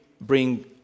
bring